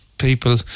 people